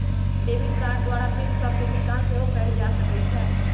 debit card द्वारा bill सभके भुगतान सेहो कएल जा सकइ छै